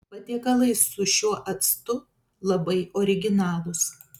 patiekalai su šiuo actu labai originalūs